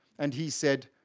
and he said,